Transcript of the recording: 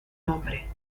nombre